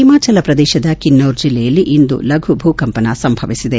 ಹಿಮಾಚಲ ಪ್ರದೇಶದ ಕಿನ್ನೌರ್ ಜಿಲ್ಲೆಯಲ್ಲಿ ಇಂದು ಲಘು ಭೂಕಂಪನ ಸಂಭವಿಸಿದೆ